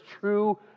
true